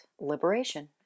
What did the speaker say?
liberation